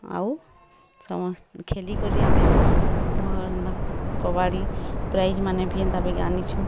ଆଉ ସମସ୍ତେ ଖେଲିକରି ଆମେ ଭଲ୍ କବାଡ଼ି ପ୍ରାଇଜ୍ମାନେ ଭି ଏନ୍ତା ବାଗି ଆନିଛୁଁ